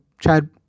Chad